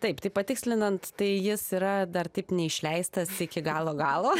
taip taip patikslinant tai jis yra dar taip neišleistas iki galo galo